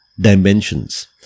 dimensions